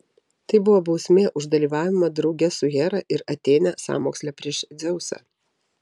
tai buvo bausmė už dalyvavimą drauge su hera ir atėne sąmoksle prieš dzeusą